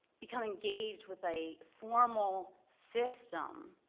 become engaged with a formal system,